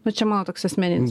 nu čia mano toks asmeninis